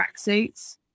tracksuits